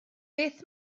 beth